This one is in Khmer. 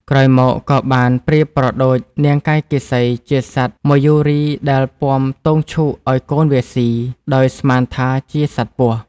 ក្រោយមកក៏បានប្រៀបប្រដូចនាងកៃកេសីជាសត្វមយូរីដែល ពាំទងឈូកឱ្យកូនវាស៊ី ដោយស្មានថាជាសត្វពស់។